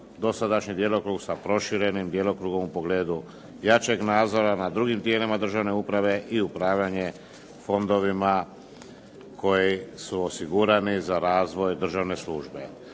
dosadašnji djelokrug sa proširenim djelokrugom u pogledu jačeg nadzora nad drugim tijelima državne uprave i upravljanje fondovima koji su osigurani za razvoj državne službe.